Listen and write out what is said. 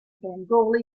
bengali